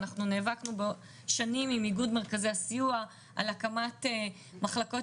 אנחנו נאבקנו שנים עם איגוד מרכזי הסיוע על הקמת מחלקות